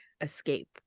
escape